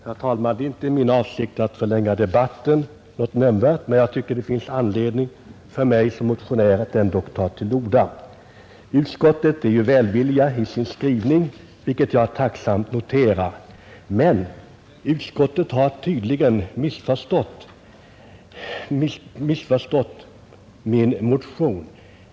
Herr talman! Det är inte min avsikt att förlänga debatten nämnvärt, men jag tycker att det finns anledning för mig som motionär att ändock ta till orda. Utskottet är välvilligt i sin skrivning, vilket jag tacksamt noterar, men utskottet har tydligen missförstått min motion.